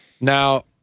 Now